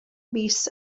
mis